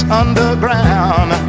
underground